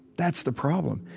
that's the problem.